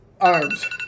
arms